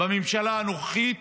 בממשלה הנוכחית